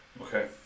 Okay